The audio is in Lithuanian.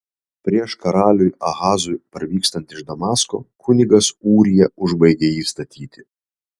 prieš karaliui ahazui parvykstant iš damasko kunigas ūrija užbaigė jį statyti